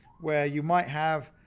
where you might have,